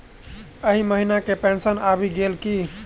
एहि महीना केँ पेंशन आबि गेल की